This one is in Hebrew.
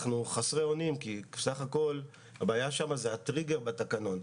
אנחנו חסרי אונים כי בסך הכול הבעיה שם היא הטריגר בתקנון.